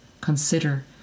consider